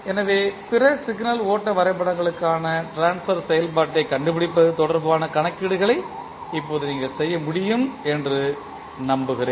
எனவே பிற சிக்னல் ஓட்ட வரைபடங்களுக்கான ட்ரான்ஸ்பர் செயல்பாட்டைக் கண்டுபிடிப்பது தொடர்பான கணக்கீடுகளை இப்போது நீங்கள் செய்ய முடியும் என்று நம்புகிறேன்